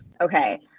Okay